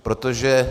Protože...